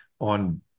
on